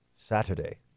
saturday